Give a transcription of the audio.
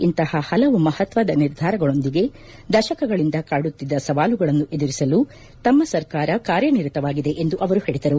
ಇಂತಹ ಹಲವು ಮಹತ್ವದ ನಿರ್ಧಾರಗಳೊಂದಿಗೆ ದಶಕಗಳಂದ ಕಾಡುತ್ತಿದ್ದ ಸವಾಲುಗಳನ್ನು ಎದುರಿಸಲು ತಮ್ಮ ಸರ್ಕಾರ ಕಾರ್ಯನಿರತವಾಗಿದೆ ಎಂದು ಅವರು ಹೇಳಿದರು